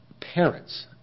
parents